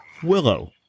Willow